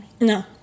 No